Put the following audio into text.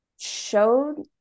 showed